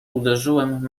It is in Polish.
uderzyłem